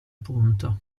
punto